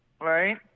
Right